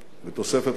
תוספת חשובה.